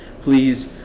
Please